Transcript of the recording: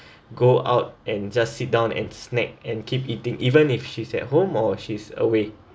go out and just sit down and snack and keep eating even if she's at home or she's away